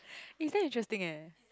it's damn interesting eh